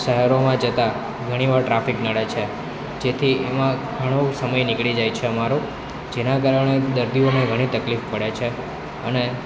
શહેરોમાં જતાં ઘણીવાર ટ્રાફિક નડે છે જેથી એમાં ઘણો સમય નીકળી જાય છે અમારો જેના કારણે દર્દીઓને ઘણી તકલીફ પડે છે અને